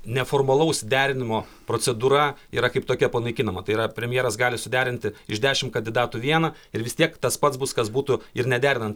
neformalaus derinimo procedūra yra kaip tokia panaikinama tai yra premjeras gali suderinti iš dešim kadidatų vieną ir vis tiek tas pats bus kas būtų ir nederinant